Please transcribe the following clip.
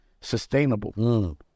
sustainable